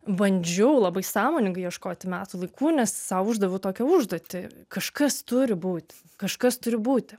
bandžiau labai sąmoningai ieškoti metų laikų nes sau uždaviau tokią užduotį kažkas turi būti kažkas turi būti